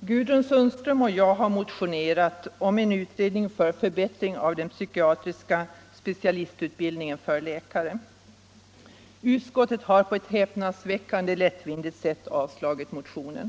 Gudrun Sundström och jag har motionerat om en utredning för förbättring av den psykiatriska specialistutbildningen för läkare. Utskottet har på ett häpnadsväckande lättvindigt sätt avstyrkt motionen.